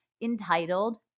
entitled